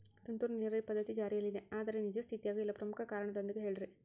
ತುಂತುರು ನೇರಾವರಿ ಪದ್ಧತಿ ಜಾರಿಯಲ್ಲಿದೆ ಆದರೆ ನಿಜ ಸ್ಥಿತಿಯಾಗ ಇಲ್ಲ ಪ್ರಮುಖ ಕಾರಣದೊಂದಿಗೆ ಹೇಳ್ರಿ?